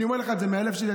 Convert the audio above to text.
אני אומר לך את זה מהלב שלי.